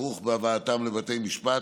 הכרוך בהבאתם לבתי משפט,